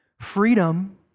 Freedom